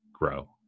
grow